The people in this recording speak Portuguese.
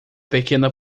pequena